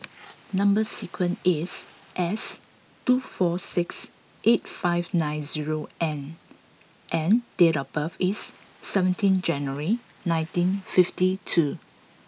number sequence is S two four six eight five nine zero N and date of birth is seventeen January nineteen fifty two